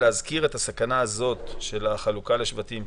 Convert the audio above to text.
אני מבקש להזכיר את הסכנה הזאת של חלוקה לשבטים.